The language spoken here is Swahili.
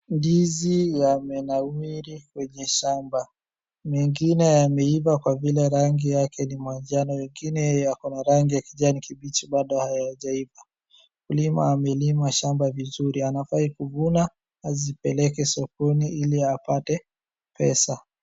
Ndizi yamenawiri kwenye shamba, mengine yameiva kwa vile rangi yake ni manjano lakini yako na rangi ya kijani kibichi bado hayajaiva. Mkulima amelima shamba vizuri anafaa kuvuna azipeleke sokoni ili apate pesa.